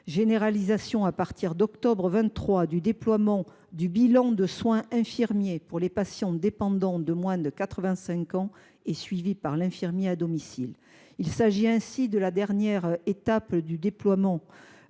généralisation, à partir d’octobre 2023, du bilan de soins infirmiers (BSI) pour les patients dépendants de moins de 85 ans et suivis par l’infirmier à domicile. Il s’agit de la dernière étape du déploiement